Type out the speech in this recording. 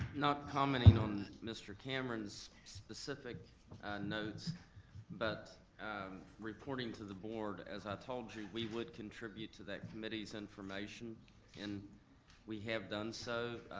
not commenting on mr. cameron's specific notes but reporting to the board. as i told you we would contribute to that committee's information and we have done so.